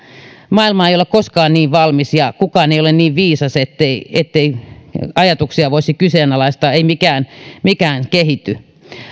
maailma ei ole koskaan niin valmis ja kukaan ei ole niin viisas ettei ajatuksia voisi kyseenalaistaa ei mikään mikään kehity